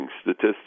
statistics